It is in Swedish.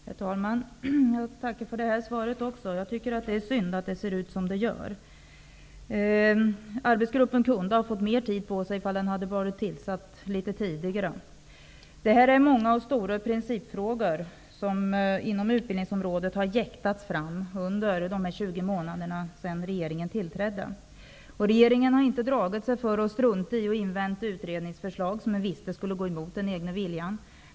Herr talman! Jag tackar för det här svaret. Men jag tycker att det är synd att det ser ut som det gör. Arbetsgruppen kunde ha fått mera tid på sig om den hade tillsatts litet tidigare. Många och stora principfrågor på utbildningsområdet har jäktats fram under de 20 månader som har gått sedan regeringen tillträdde. Regeringen har inte dragit sig för att strunta i att invänta utredningsförslag som den har vetat skulle gå emot den egna viljan.